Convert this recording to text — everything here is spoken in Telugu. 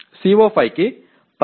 CO5 కి 18